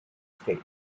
state